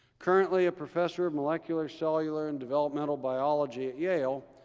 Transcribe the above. currently a professor of molecular, cellular, and developmental biology at yale,